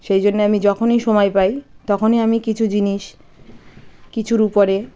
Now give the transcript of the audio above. সেই জন্যে আমি যখনই সময় পাই তখনই আমি কিছু জিনিস কিছুর উপরে